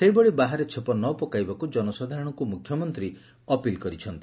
ସେହିଭଳି ବାହାରେ ଛେପ ନପକାଇବାକୁ ଜନସାଧାରଣଙ୍କୁ ମୁଖ୍ୟମନ୍ତୀ ଅପିଲ କରିଛନ୍ତି